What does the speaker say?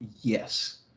Yes